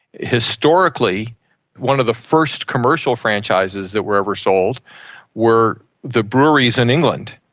historically one of the first commercial franchises that were ever sold were the breweries in england.